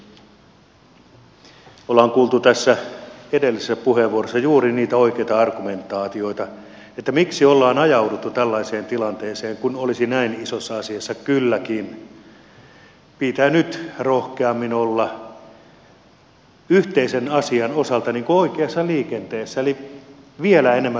ollaan kuultu tässä edellisessä puheenvuorossa juuri niitä oikeita argumentaatioita miksi ollaan ajauduttu tällaiseen tilanteeseen kun olisi näin isossa asiassa kylläkin pitänyt rohkeammin olla yhteisen asian osalta niin kuin oikeassa liikenteessä eli vielä enemmän lähteä